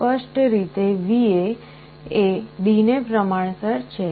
સ્પષ્ટ રીતે VA એ D ને પ્રમાણસર છે